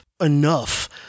enough